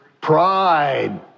pride